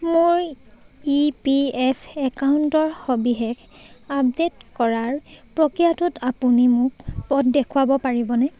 মোৰ E P F একাউণ্টৰ সবিশেষ আপডেট কৰাৰ প্ৰক্ৰিয়াটোত আপুনি মোক পথ দেখুৱাব পাৰিবনে